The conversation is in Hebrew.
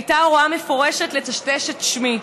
והייתה הוראה מפורשת לטשטש את שמי.